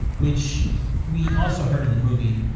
which we also heard in the movie,